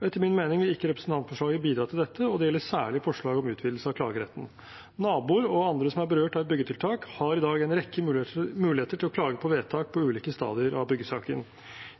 Etter min mening vil ikke representantforslaget bidra til dette. Det gjelder særlig forslaget om utvidelse av klageretten. Naboer og andre som er berørt av et byggetiltak, har i dag en rekke muligheter til å klage på vedtak i ulike stadier av byggesaken.